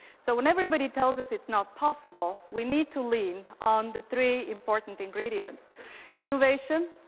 so, when everybody tells us it's not possible, we need to lean on the three important ingredients innovation,